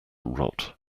rot